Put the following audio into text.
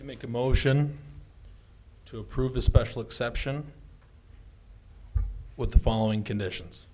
to make a motion to approve a special exception with the following conditions